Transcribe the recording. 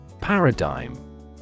Paradigm